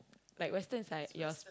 like western is like your